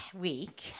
week